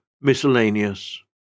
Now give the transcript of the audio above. Miscellaneous